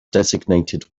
designated